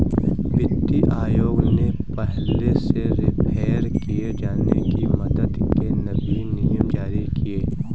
वित्तीय आयोग ने पहले से रेफेर किये जाने की दर के नवीन नियम जारी किए